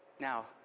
Now